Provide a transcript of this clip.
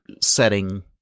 setting